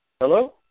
Hello